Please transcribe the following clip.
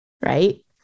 right